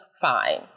fine